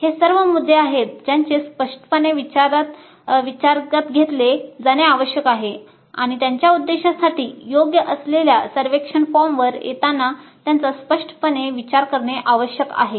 हे सर्व मुद्दे आहेत ज्यांचे स्पष्टपणे विचारात घेतले जाणे आवश्यक आहे आणि त्यांच्या उद्देशासाठी योग्य असलेल्या सर्वेक्षण फॉर्मवर येताना त्यांचा स्पष्टपणे विचार करणे आवश्यक आहे